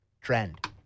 trend